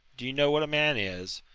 do you know what a man is?